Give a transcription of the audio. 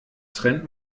trennt